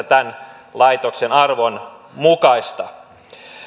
tämän laitoksen arvon mukaista